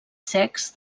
secs